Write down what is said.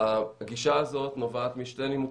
הגישה הזאת נובעת משני נימוקים: